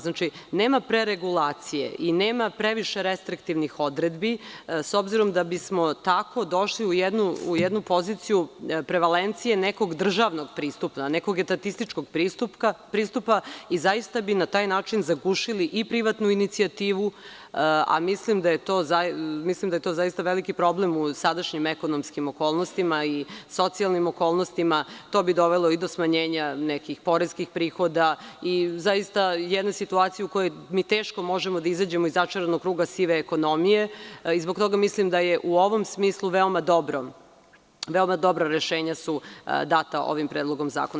Znači, nema preregulacije i nema previše restriktivnih odredbi, s obzirom da bismo tako došli u jednu poziciju prevalencije nekog državno pristupa, nekog etatističkog pristupa i zaista bi na taj način zagušili i privatnu inicijativu, a mislim da je to zaista veliki problem u sadašnjim ekonomskim okolnostima i socijalnim okolnostima, to bi dovelo i do smanjenja nekih poreskih prihoda i zaista jednu situaciju u kojoj mi teško možemo da izađemo iz začaranog kruga sive ekonomije, i zbog toga mislim da u ovom smislu veoma dobra rešenja su data ovim predlogom zakona.